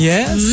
Yes